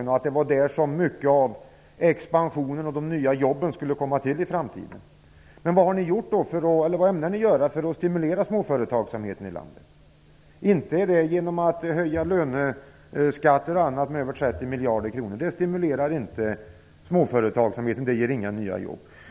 De sade att det var där som mycket av expansionen skulle ske och de nya jobben skapas i framtiden. Vad ämnar ni då göra för att stimulera småföretagsamheten i landet? Inte är det väl genom att bl.a. höja löneskatter med över 30 miljarder kronor. Det stimulerar inte småföretagsamheten, det ger inga nya jobb.